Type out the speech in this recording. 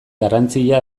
garrantzia